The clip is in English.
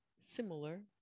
similar